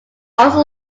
also